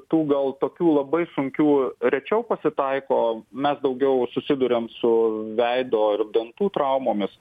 tų gal tokių labai sunkių rečiau pasitaiko mes daugiau susiduriam su veido ir dantų traumomis